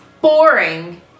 boring